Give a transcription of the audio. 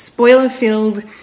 Spoiler-filled